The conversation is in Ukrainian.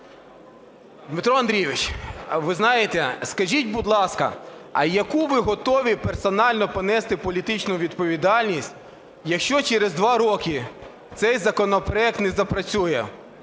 Дмитро Андрійович, ви знаєте, скажіть, будь ласка, а яку ви готові персонально понести політичну відповідальність, якщо через два роки цей законопроект не запрацює,